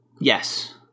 Yes